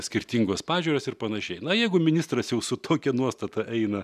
skirtingos pažiūros ir panašiai na jeigu ministras jau su tokia nuostata eina